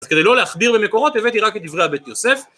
אז כדי לא להכביר במקורות הבאתי רק את דברי הבית יוסף